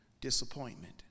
disappointment